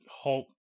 hope